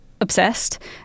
obsessed